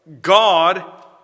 God